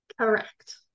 Correct